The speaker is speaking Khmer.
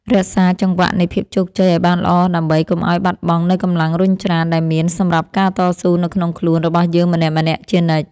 រក្សាចង្វាក់នៃភាពជោគជ័យឱ្យបានល្អដើម្បីកុំឱ្យបាត់បង់នូវកម្លាំងរុញច្រានដែលមានសម្រាប់ការតស៊ូនៅក្នុងខ្លួនរបស់យើងម្នាក់ៗជានិច្ច។